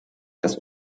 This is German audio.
das